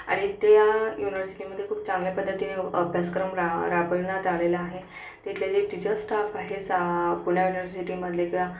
आणि त्या युनव्हर्सिटीमध्ये खूप चांगल्या पद्धतीने अभ्यासक्रम रा राबवण्यात आलेला आहे तिथले जे टीचर्स स्टाफ आहे सा पुणे युनव्हर्सिटीमधले किंवा